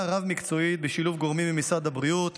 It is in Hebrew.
רב-מקצועית בשילוב גורמים ממשרד הבריאות,